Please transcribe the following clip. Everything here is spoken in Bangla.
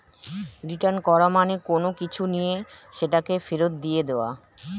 রিটার্ন করা মানে কোনো কিছু নিয়ে সেটাকে ফেরত দিয়ে দেওয়া